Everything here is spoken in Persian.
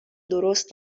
درست